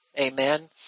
Amen